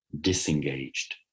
disengaged